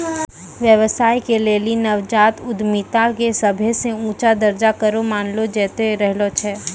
व्यवसाय के लेली नवजात उद्यमिता के सभे से ऊंचा दरजा करो मानलो जैतो रहलो छै